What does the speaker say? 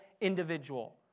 individual